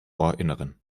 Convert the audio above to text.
ohrinneren